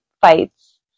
fights